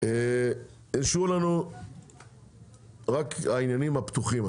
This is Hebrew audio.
נשארו לנו רק העניינים הפתוחים,